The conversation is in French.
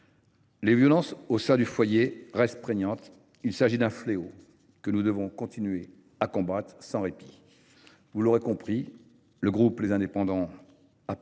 les violences au sein du foyer restent prégnantes. Il s’agit d’un fléau, que nous devons continuer à combattre sans répit. Vous l’aurez compris, le groupe Les Indépendants